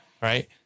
Right